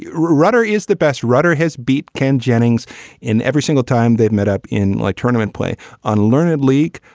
rudder is the best. rudder his beat. ken jennings in every single time they've met up in like tournament play on learned leak.